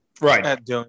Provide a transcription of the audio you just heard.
Right